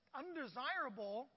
undesirable